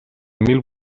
mil